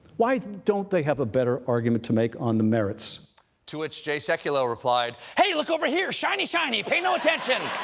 why don't they have a better argument to make on the merits? stephen to which jay sekulow replied, hey, look over here! shiny, shiny! pay no attention!